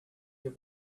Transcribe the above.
they